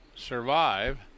survive